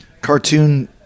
cartoon